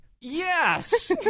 Yes